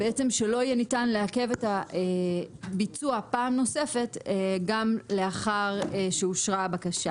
בעצם שלא יהיה ניתן לעכב את הביצוע פעם נוספת גם לאחר שאושרה הבקשה.